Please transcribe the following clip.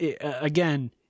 again